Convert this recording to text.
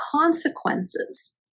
consequences